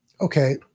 okay